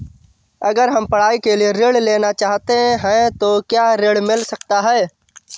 अगर हम पढ़ाई के लिए ऋण लेना चाहते हैं तो क्या ऋण मिल सकता है?